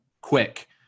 quick